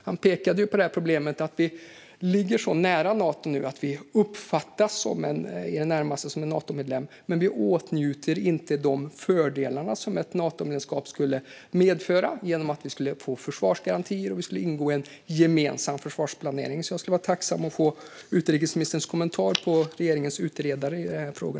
Han pekade på problemet med att vi nu ligger så nära Nato att vi i det närmaste uppfattas som en Natomedlem men att vi inte åtnjuter de fördelar som ett Natomedlemskap skulle medföra genom att vi skulle få försvarsgarantier och ingå i en gemensam försvarsplanering. Jag skulle vara tacksam om jag kunde få utrikesministerns kommentar på regeringens utredare i dessa frågor.